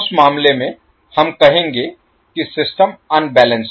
उस मामले में हम कहेंगे कि सिस्टम अनबैलेंस्ड है